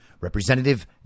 Representative